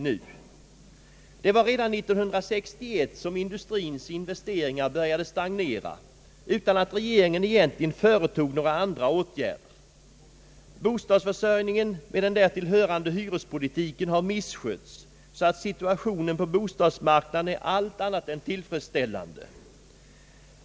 Redan 1961 började industriens investeringar stagnera utan att regeringen egentligen företog några åtgärder. Bostadsförsörjningen med den därtill hörande hyrespolitiken har misskötts så att situationen på bostadsmarknaden är allt annat än tillfredsställande.